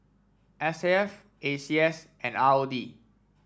S A F A C S and R O D